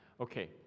okay